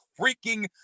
freaking